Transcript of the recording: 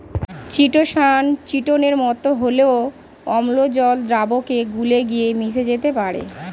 chitosan চিটোনের মতো হলেও অম্ল জল দ্রাবকে গুলে গিয়ে মিশে যেতে পারে